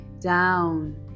down